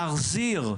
להחזיר,